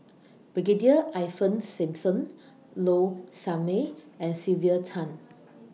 Brigadier Ivan Simson Low Sanmay and Sylvia Tan